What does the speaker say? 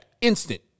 instant